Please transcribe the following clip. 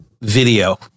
video